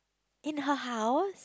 in her house